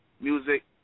music